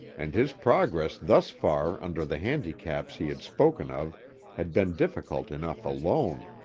and his progress thus far under the handicaps he had spoken of had been difficult enough alone.